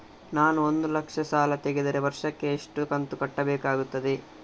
ನಾನು ಒಂದು ಲಕ್ಷ ಸಾಲ ತೆಗೆದರೆ ವರ್ಷಕ್ಕೆ ಎಷ್ಟು ಕಂತು ಕಟ್ಟಬೇಕಾಗುತ್ತದೆ?